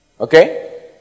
Okay